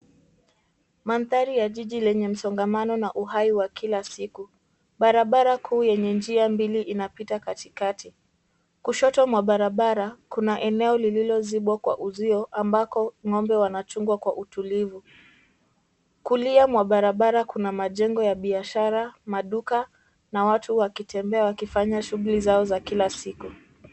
Mandhari ya jiji lenye msongamano na uhai wa kila siku. Barabara kuu yenye njia mbili inapita katikati. Kushoto mwa barabara, kuna eneo lililozibwa kwa uzio ambako ng'ombe wanachungwa kwa utulivu. Kulia mwa barabara kuna majengo ya biashara, maduka na watu wakitembea wakifanya shughuli zao za kila siku.